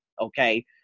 okay